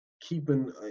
keeping